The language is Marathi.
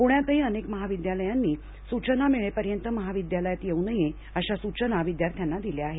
पुण्यातही अनेक महाविद्यालयांनी सूचना मिळेपर्यंत महाविद्यालयात येऊ नये अशा सूचना विद्यार्थ्यांना दिल्या आहेत